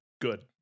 Good